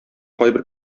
кайбер